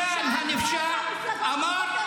העבריין הנפשע הזה -- אף אחד לא אמר את זה.